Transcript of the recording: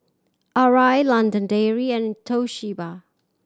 Arai London Dairy and Toshiba